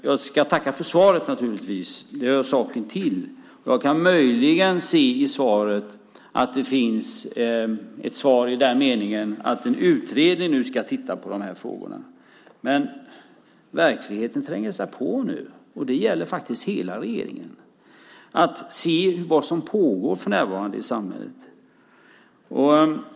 Jag ska naturligtvis ändå tacka för svaret - det hör saken till. Jag kan möjligen se ett svar i den meningen att man nu ska utreda de här frågorna. Men verkligheten tränger sig på nu, och det gäller faktiskt att hela regeringen ser vad som för närvarande pågår i samhället.